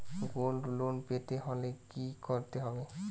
Gold loan পেতে হলে কি করতে হবে?